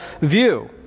view